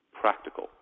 practical